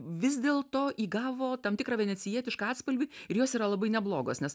vis dėlto įgavo tam tikrą venecijietišką atspalvį ir jos yra labai neblogos nes